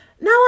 Now